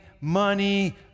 money